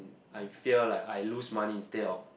I fear like I lose money instead of